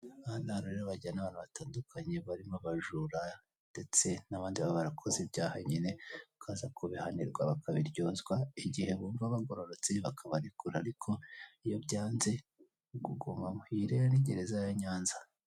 Aha ni ahantu rero bajyana abantu batandukanye harimo abajura, ndetse n'abandi baba barakoze ibyaha nyine bakaza kubihanirwa bakabiryozwa, igihe babona bagororotse bakabarekura ariko iyo byanze ugumamo iyi rero ni gereza ya nyanza.